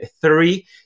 three